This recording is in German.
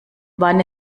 wann